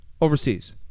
overseas